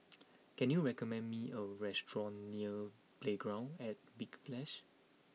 can you recommend me a restaurant near Playground at Big Splash